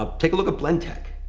ah take a look at blendtec.